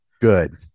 good